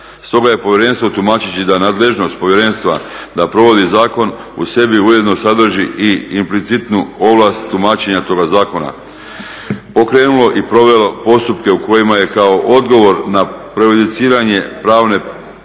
Stoga je povjerenstvo tumačeći da nadležnost povjerenstva da provodi zakon u sebi ujedno sadrži i implicitnu ovlast tumačenja toga zakona pokrenulo i provelo postupke u kojima je kao odgovor na prejudiciranje pravno pitanje